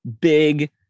big